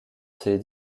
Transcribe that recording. ses